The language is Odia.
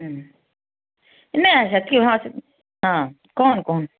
ନାଇଁ ସେତିକି ହଁ ହଁ କଣ କୁହନ୍ତୁ